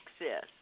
access